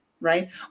right